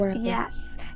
Yes